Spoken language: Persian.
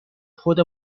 خود